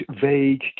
vague